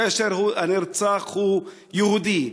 כאשר הנרצח הוא יהודי.